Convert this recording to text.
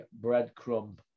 breadcrumb